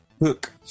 Hook